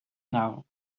now